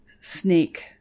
snake